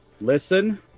listen